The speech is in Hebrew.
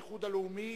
האיחוד הלאומי,